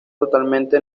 totalmente